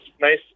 nice